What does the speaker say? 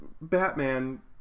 Batman